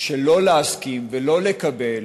שלא להסכים ולא לקבל,